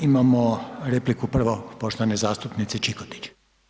Imamo repliku prvo poštovane zastupnice Čikotić.